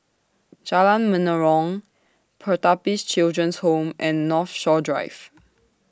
Jalan Menarong Pertapis Children Home and Northshore Drive